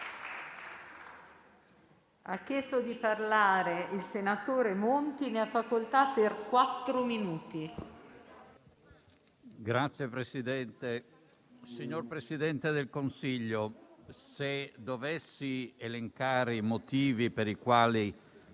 Signor Presidente, signor Presidente del Consiglio, se dovessi elencare i motivi per i quali